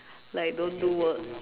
like don't do work